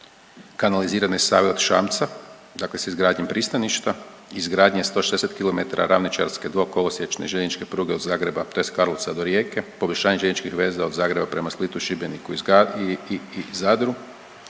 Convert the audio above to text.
kanalizirane Save od Šamca, dakle s izgradnjom pristaništa, izgradnja je 160 km ravničarske dvokolosiječne željezničke pruge od Zagreba, tj. Karlovca do Rijeke, poboljšanje željezničkih veza od Zagreba prema Splitu, Šibeniku i Zadru